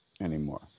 anymore